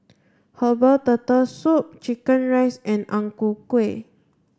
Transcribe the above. herbal turtle soup chicken rice and Ang Ku Kueh